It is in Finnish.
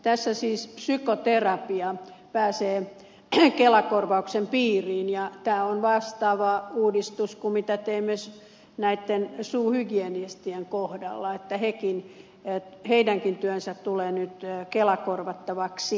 tässä siis psykoterapia pääsee kelakorvauksen piiriin ja tämä on vastaava uudistus kuin teimme suuhygienistien kohdalla että heidänkin työnsä tulee nyt kelakorvattavaksi